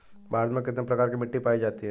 भारत में कितने प्रकार की मिट्टी पाई जाती हैं?